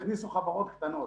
אכן הכניסו חברות קטנות.